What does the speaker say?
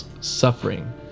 suffering